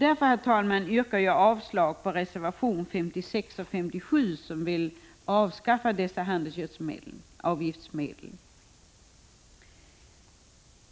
Därför, herr talman, yrkar jag avslag på reservationerna 56 och 57, där man vill avskaffa dessa handelsgödselavgiftsmedel.